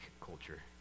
culture